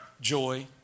joy